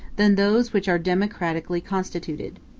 than those which are democratically constituted.